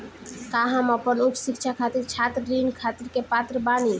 का हम अपन उच्च शिक्षा खातिर छात्र ऋण खातिर के पात्र बानी?